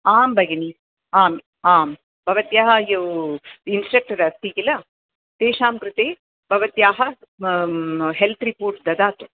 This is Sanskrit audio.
आं भगिनि आम् आं भवत्याः यो इन्स्ट्रक्टर् अस्ति किल तेषां कृते भवत्याः हेल्त् रिपोर्ट्स् ददातु